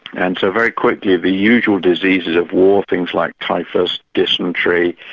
and so very quickly the usual diseases of war, things like typhus, dysentery,